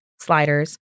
sliders